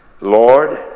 Lord